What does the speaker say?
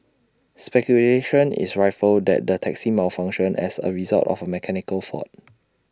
speculation is rife that the taxi malfunctioned as A result of A mechanical fault